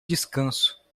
descanso